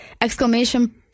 exclamation